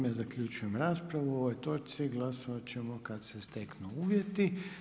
Time zaključujem raspravu o ovoj točci, glasovat ćemo kada se steknu uvjeti.